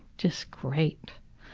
just great.